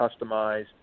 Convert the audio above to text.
customized